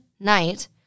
night